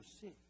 see